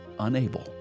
unable